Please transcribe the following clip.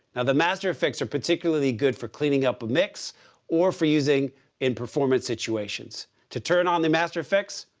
and the master fx are particularly good for cleaning up a mix or for using in performance situations to turn on the master fx.